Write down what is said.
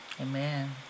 Amen